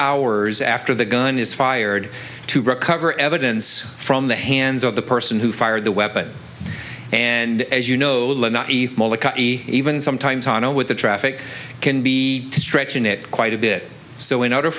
hours after the gun is fired to recover evidence from the hands of the person who fired the weapon and as you know even sometimes hano with the traffic can be stretching it quite a bit so in order